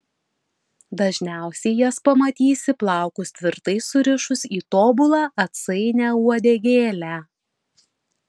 dažniausiai jas pamatysi plaukus tvirtai surišus į tobulą atsainią uodegėlę